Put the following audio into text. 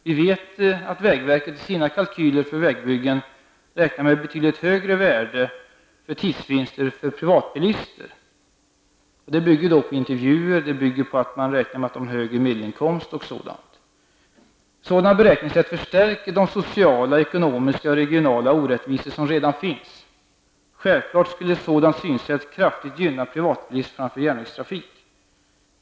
Vi vet att vägverket i sina kalkyler för vägbyggen räknar med ett betydligt högre värde för tidsvinster när det gäller privatbilister. Här bygger man på intervjuer och högre medelinkomst. Ett sådant beräkningssätt förstärker de sociala, ekonomiska och regionala orättvisor som redan finns. Självklart skulle ett sådant synsätt kraftigt gynna privatbilism framför järnvägstrafik.